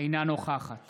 אינה נוכחת